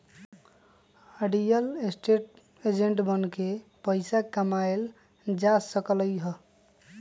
real estate agent बनके पइसा कमाएल जा सकलई ह